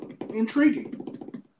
Intriguing